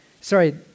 Sorry